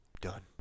done